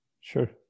Sure